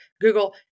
Google